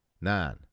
nine